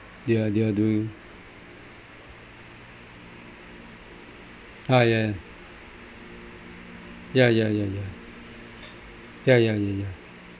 they're they're doing ah ya ya ya ya ya ya ya ya ya